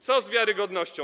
Co z wiarygodnością?